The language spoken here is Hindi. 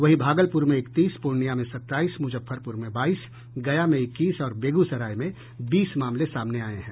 वहीं भागलपुर में इकतीस पूर्णिया में सत्ताईस मुजफ्फरपुर में बाईस गया में इक्कीस और बेगूसराय में बीस मामले सामने आये हैं